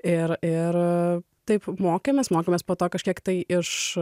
ir taip mokėmės mokėmės po to kažkiek tai iš